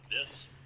yes